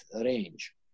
range